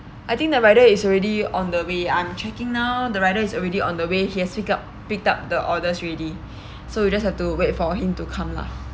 I think the rider is already on the way I'm checking now the rider is already on the way he has picked up picked up the orders already so you just have to wait for him to come lah